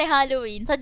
Halloween